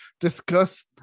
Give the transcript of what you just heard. discuss